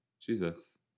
Jesus